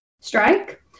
strike